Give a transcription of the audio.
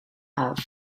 canada